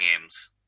games